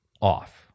off